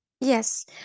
Yes